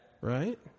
Right